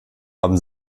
haben